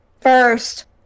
first